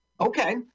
okay